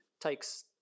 Takes